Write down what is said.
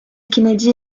kennedy